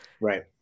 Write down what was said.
Right